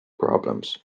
problems